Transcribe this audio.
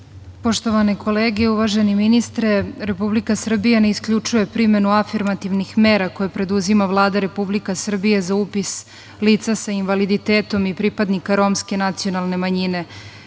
Poštovane kolege, uvaženi ministre, Republika Srbija ne isključuje primenu afirmativnih mera koje preduzima Vlada Republike Srbije za upis lica sa invaliditetom i pripadnika romske nacionalne